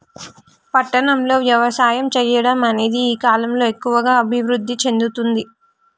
పట్టణం లో వ్యవసాయం చెయ్యడం అనేది ఈ కలం లో ఎక్కువుగా అభివృద్ధి చెందుతుంది